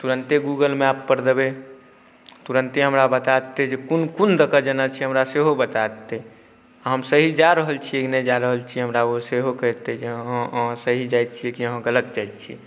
तुरन्ते गूगल मैपपर देबै तुरन्ते हमरा बता देतै जे कोन कोन दऽ कऽ जेनाइ छै हमरा सेहो बता देतै आओर हम सही जा रहल छिए कि नहि जा रहल छिए हमरा ओ सेहो कहि देतै कि हाँ अहाँ सही जाइ छिए कि अहाँ गलत जाइ छिए